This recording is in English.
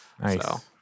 Nice